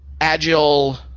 agile